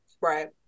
Right